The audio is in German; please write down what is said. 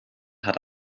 hat